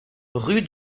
rue